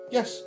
Yes